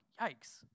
Yikes